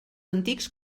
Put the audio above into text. antics